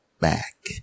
back